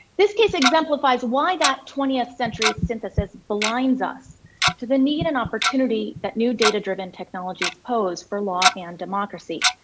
this case exemplifies why that twentieth century synthesis blinds us to the need and opportunity that new data-driven technologies pose for law and democracy.